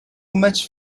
much